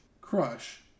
Crush